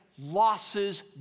Losses